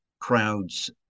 crowds